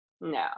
no